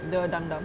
the dumb dumb